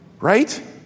right